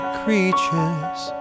creatures